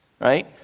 right